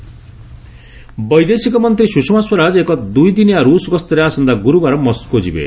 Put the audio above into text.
ସୁଷମା ରୁଷିଆ ବୈଦେଶିକ ମନ୍ତ୍ରୀ ସୁଷମା ସ୍ୱରାଜ ଏକ ଦୁଇଦିନିଆ ରୁଷ ଗସରେ ଆସନ୍ତା ଗୁରୁବାର ମସ୍କୋ ଯିବେ